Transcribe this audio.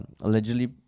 allegedly